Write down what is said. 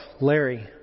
Larry